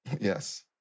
Yes